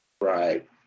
right